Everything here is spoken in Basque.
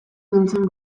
nintzen